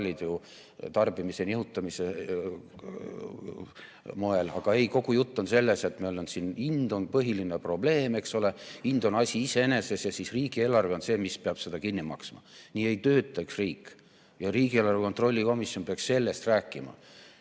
tarbimise nihutamise moel? Aga ei, kogu jutt on sellest, et meil siin hind on põhiline probleem, eks ole. Hind on asi iseeneses ja riigieelarve on see, mis peab selle kinni maksma. Nii ei tööta üks riik! Ja riigieelarve kontrolli erikomisjon peaks sellest rääkima,